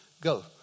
go